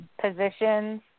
positions